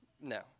no